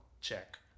check